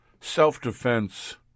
Self-defense